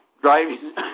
driving